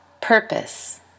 purpose